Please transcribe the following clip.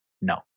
No